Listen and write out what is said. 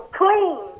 clean